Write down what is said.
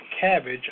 cabbage